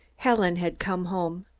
helen had come home.